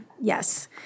Yes